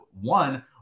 one